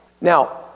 Now